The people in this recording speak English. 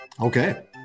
okay